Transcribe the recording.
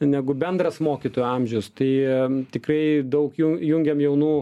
negu bendras mokytojų amžius tai tikrai daug jungiam jaunų